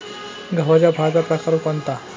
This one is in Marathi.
गव्हाच्या फळाचा प्रकार कोणता?